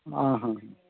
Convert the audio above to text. आं हा हा